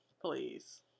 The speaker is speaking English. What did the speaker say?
Please